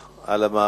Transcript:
התושבים.